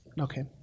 okay